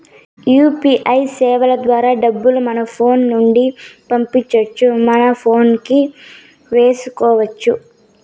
UPI సేవల ద్వారా డబ్బులు మన ఫోను నుండి పంపొచ్చు మన పోనుకి వేపించుకొచ్చు